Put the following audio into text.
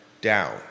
down